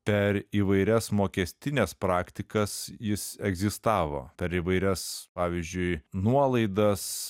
per įvairias mokestines praktikas jis egzistavo per įvairias pavyzdžiui nuolaidas